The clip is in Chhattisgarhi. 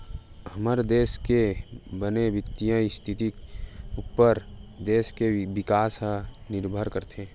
हमर देस के बने बित्तीय इस्थिति उप्पर देस के बिकास ह निरभर करथे